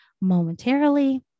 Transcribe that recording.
momentarily